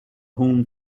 whom